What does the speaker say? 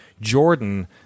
Jordan